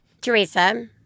Teresa